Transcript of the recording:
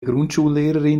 grundschullehrerin